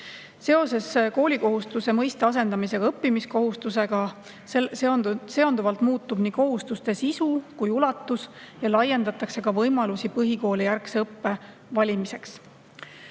Seoses koolikohustuse mõiste asendamisega õppimiskohustusega muutub nii kohustuste sisu kui ulatus ja laiendatakse ka võimalusi põhikoolijärgse õppe valimiseks.